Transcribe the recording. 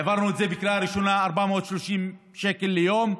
העברנו בקריאה ראשונה 430 שקלים ליום.